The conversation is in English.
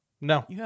No